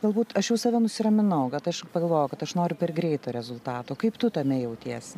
galbūt aš jau save nusiraminau kad aš pagalvojau kad aš noriu per greito rezultato kaip tu tame jautiesi